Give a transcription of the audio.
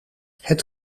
het